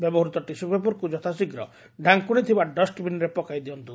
ବ୍ୟବହୂତ tissue ପେପର୍କୁ ଯଥାଶୀଘ୍ର ଢାଙ୍କୁଣି ଥିବା ଡଷ୍ଟବିନ୍ରେ ପକାଇ ଦିଅନ୍ତୁ